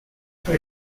for